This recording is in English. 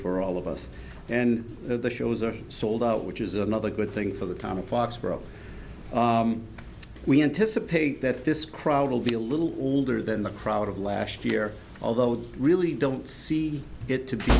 for all of us and the shows are sold out which is another good thing for the comic foxborough we anticipate that this crowd will be a little older than the crowd of last year although they really don't see it to be